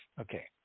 Okay